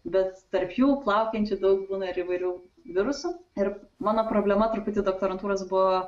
bet tarp jų plaukiojančių daug būna ir įvairių virusų ir mano problema truputį doktorantūros buvo